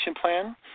plan